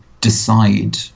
decide